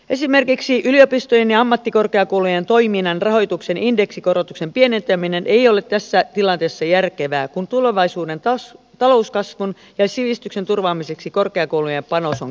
esimerkiksi yliopistojen ja ammattikorkeakoulujen toiminnan rahoituksen indeksikorotuksen pienentäminen ei ole tässä tilanteessa järkevää kun tulevaisuuden talouskasvun ja sivistyksen turvaamiseksi korkeakoulujen panos on keskeinen